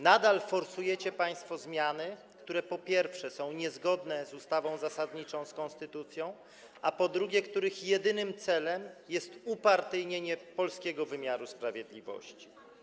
Nadal forsujecie państwo zmiany, które są, po pierwsze, niezgodne z ustawą zasadniczą, z konstytucją, a po drugie, których jedynym celem jest upartyjnienie polskiego wymiaru sprawiedliwości.